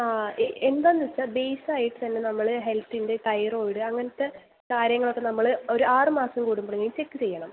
ആ എ എന്താണെന്ന് വെച്ചാൽ ബേയ്സ് ആയിട്ട് തന്നെ നമ്മൾ ഹെൽത്തിൻ്റെ തൈറോയ്ഡ് അങ്ങനത്തെ കാര്യങ്ങളൊക്കെ നമ്മൾ ഒരു ആറ് മാസം കൂടുമ്പോളെങ്കിലും ചെക്ക് ചെയ്യണം